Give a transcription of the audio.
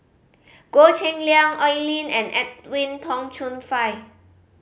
Goh Cheng Liang Oi Lin and Edwin Tong Chun Fai